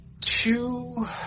two